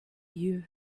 you